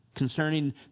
concerning